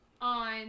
on